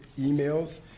emails